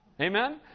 Amen